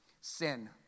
Sin